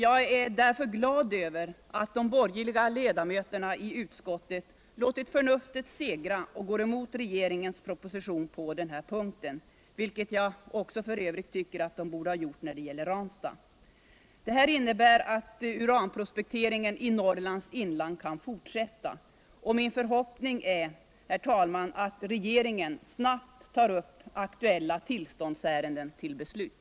Jag är glad över att de borgerliga Iedamöterna I utskottet låtit förnuftet segra och går emot regeringens proposition, vilket jag f. ö. tycker de borde ha gjort också när det gäller Ranstad. Detta innebär att uranprospekteringen i Norrlands inland kan fortsätta. Min förhoppning är att regeringen snabbt tar upp aktuella tillständsärenden till beslut.